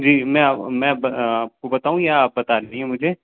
जी मैं मैं आपको बताऊँ या आप बता रही हैं मुझे